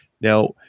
Now